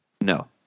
No